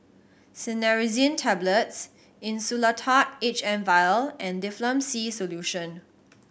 Cinnarizine Tablets Insulatard H M Vial and Difflam C Solution